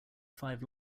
five